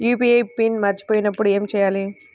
UPI PIN మరచిపోయినప్పుడు ఏమి చేయాలి?